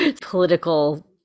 political